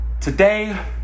today